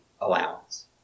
allowance